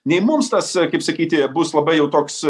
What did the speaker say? nei mums tas kaip sakyti bus labai jau toks